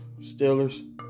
Steelers